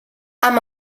amb